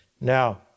Now